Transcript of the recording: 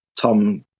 Tom